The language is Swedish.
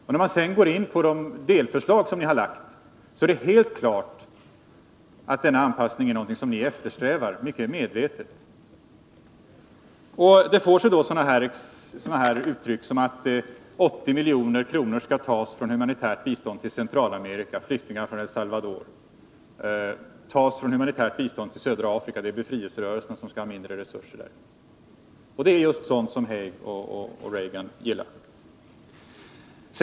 Går man sedan in på de delförslag som ni har framlagt, finner man att det är helt klart att denna anpassning är någonting som ni mycket medvetet eftersträvar. Det får då sådana uttryck som att 80 milj.kr. skall tas från humanitärt bistånd till Centralamerika, från hjälpen till flyktingar från El Salvador och från humanitärt bistånd till södra Afrika. Befrielserörelserna där skall få mindre resurser. Det är just sådant som Haig och Reagan gillar.